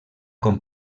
com